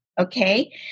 okay